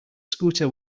scooter